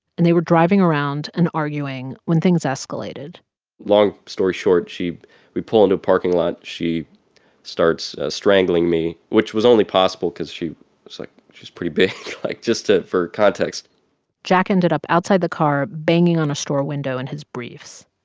and they were driving around and arguing when things escalated long story short, she we pull into a parking lot. she starts strangling me, which was only possible because she was like she's pretty big like just ah for context jack ended up outside the car, banging on a store window in and his briefs.